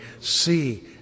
See